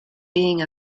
being